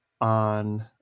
on